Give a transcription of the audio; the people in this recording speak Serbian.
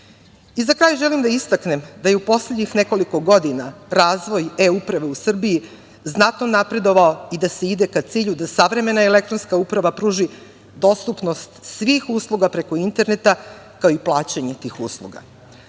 za kraj želim da istaknem da je u poslednjih nekoliko godina, razvoj e uprave u Srbiji, znatno napredovao i da se ide ka cilju da savremena elektronska uprava pruži dostupnost svih usluga preko interneta, kao i plaćanje tih usluga. Ovaj